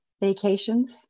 vacations